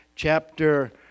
Chapter